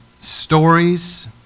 stories